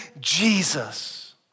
Jesus